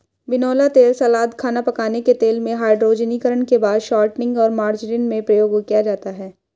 बिनौला तेल सलाद, खाना पकाने के तेल में, हाइड्रोजनीकरण के बाद शॉर्टनिंग और मार्जरीन में प्रयोग किया जाता है